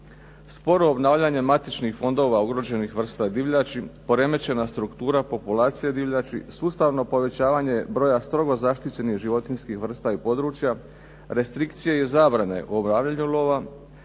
sporo obnavljanje matičnih fondova određenih vrsta divljači, poremećena struktura populacije divljači, sustavno povećavanje broja strogo zaštićenih životinjskih vrsta i područja, restrikcije i zabrane u obavljanju lova,